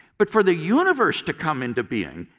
but for the universe to come into being,